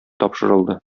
тапшырылды